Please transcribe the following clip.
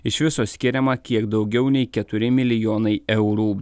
iš viso skiriama kiek daugiau nei keturi milijonai eurų